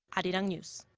arirang news.